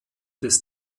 des